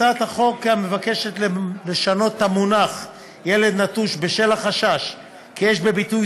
הצעת החוק מבקשת לשנות את המונח "ילד נטוש" בשל החשש כי יש בביטוי